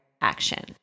action